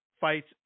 fights